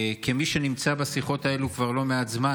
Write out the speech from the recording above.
כמי שנמצא בשיחות האלה כבר לא מעט זמן,